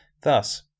Thus